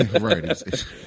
right